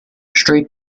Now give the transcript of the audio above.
street